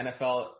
NFL